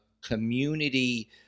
community